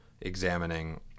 examining